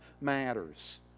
matters